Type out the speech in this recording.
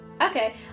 Okay